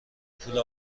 پول